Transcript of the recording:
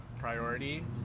priority